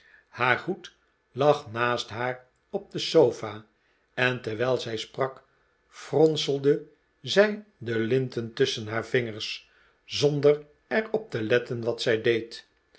haar hoed lag naast haar op de sofa en terwijl zij sprak fronselde zij de linten tusschen haar vingers zonder er op te letten wat zij deed